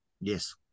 Yes